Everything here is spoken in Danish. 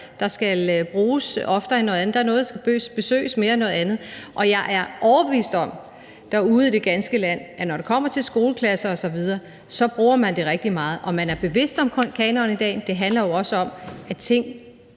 der skal bruges oftere end noget andet. Der er noget, der skal besøges mere end noget andet. Og jeg er overbevist om, at man derude i det ganske land, når det kommer til skoleklasser osv., bruger det rigtig meget. Om man er bevidst om kanonen i dag, handler jo også om, at ting